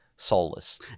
soulless